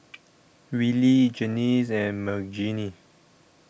Rillie Janis and Margene